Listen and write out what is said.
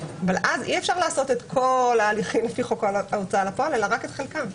אי אפשר לעשות את כל ההליכים לפי חוק ההוצאה לפועל אלא רק את חלקם.